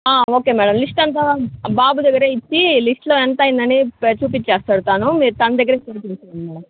okay madam list అంతా బాబు దగ్గర ఇచ్చి లిస్ట్లో ఎంత అయింది అని చూపించేస్తాడు తను మీరు తన దగ్గర పంపించేయండి